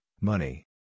money